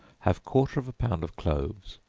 have quarter of a pound of cloves,